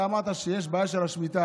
אתה אמרת שיש בעיה של השמיטה.